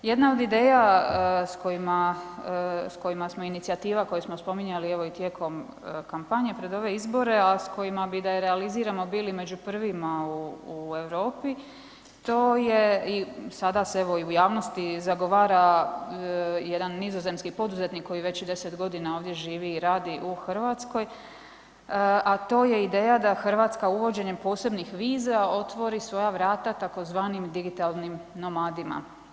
Jedna od ideja s kojima smo inicijativa koje smo spominjali evo i tijekom kampanje pred ove izbore, a s kojima bi da je realiziramo bili među prvima u Europi, to je i sada se i u javnosti zagovara jedan nizozemski poduzetnik koji već 10 godina ovdje živi i radi u Hrvatskoj, a to je ideja da Hrvatska uvođenjem posebnih viza otvori svoja vrata tzv. digitalnim nomadima.